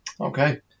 okay